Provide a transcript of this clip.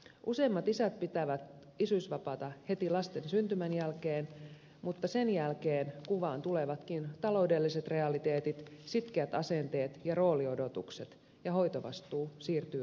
useimmat isät pitävät isyysvapaata heti lasten syntymän jälkeen mutta sen jälkeen kuvaan tulevatkin taloudelliset realiteetit sitkeät asenteet ja rooliodotukset ja hoitovastuu siirtyy äidille